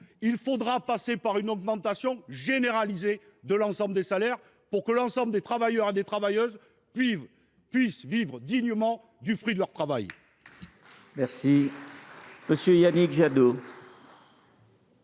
Il faudra donc passer par une augmentation généralisée des salaires pour que l’ensemble des travailleurs et des travailleuses vivent dignement du fruit de leur travail.